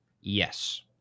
yes